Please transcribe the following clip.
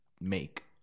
make